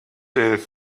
through